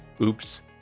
oops